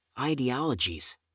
ideologies